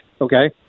Okay